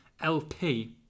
LP